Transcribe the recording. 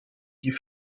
die